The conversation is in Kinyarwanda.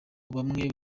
bamwe